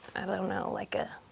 i don't know, like, a